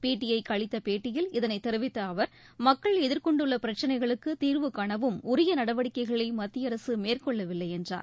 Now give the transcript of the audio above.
பிடிஐக்கு அளித்த பேட்டியில் இதனைத் தெரிவித்த அவர் மக்கள் எதிர்கொண்டுள்ள பிரச்சினைகளுக்கு தீர்வு காணவும் உரிய நடவடிக்கைகளை மத்திய அரசு மேற்கொள்ளவில்லை என்றார்